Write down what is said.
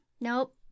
Nope